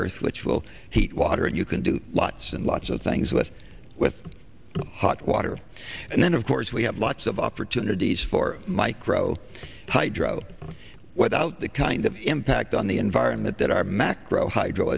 earth which will heat water and you can do lots and lots of things with with hot water and then of course we have lots of opportunities for micro hydro without the kind of impact on the environment that our macro hydro